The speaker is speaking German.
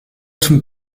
zum